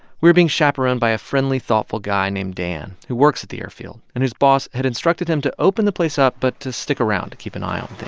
were being chaperone by a friendly, thoughtful guy named dan, who works at the airfield and whose boss had instructed him to open the place up but to stick around to keep an eye on things